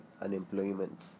unemployment